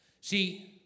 See